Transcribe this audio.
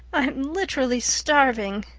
i'm literally starving.